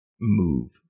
move